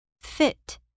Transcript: fit